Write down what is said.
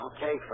Okay